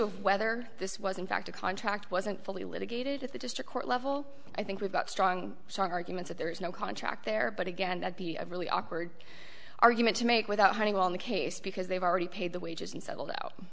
of whether this was in fact a contract wasn't fully litigated at the district court level i think we've got strong strong argument that there is no contract there but again that be a really awkward argument to make without having won the case because they've already paid the wages and settled out